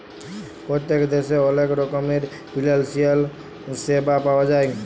পত্তেক দ্যাশে অলেক রকমের ফিলালসিয়াল স্যাবা পাউয়া যায়